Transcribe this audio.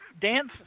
dance